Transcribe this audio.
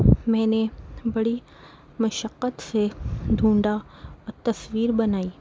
میں نے بڑی مشقت سے ڈھونڈھا تصویر بنائی